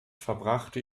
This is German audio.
verbrachte